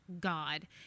God